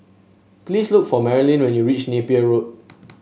please look for Marilyn when you reach Napier Road